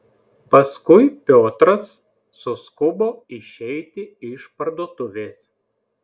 paskui piotras suskubo išeiti iš parduotuvės